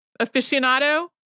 aficionado